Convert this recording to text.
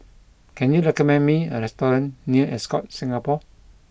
can you recommend me a restaurant near Ascott Singapore